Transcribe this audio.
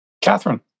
Catherine